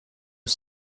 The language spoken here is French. aux